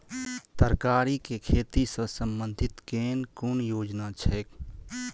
तरकारी केँ खेती सऽ संबंधित केँ कुन योजना छैक?